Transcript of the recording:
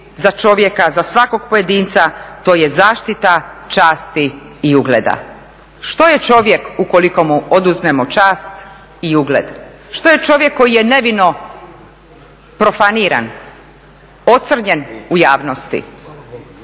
za čovjeka, za svakog pojedinca, to je zaštita časti i ugleda. Što je čovjek ukoliko mu oduzmemo časti i ugled? Što je čovjek koji je nevino profaniran, ocrnjen u javnosti?